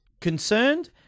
concerned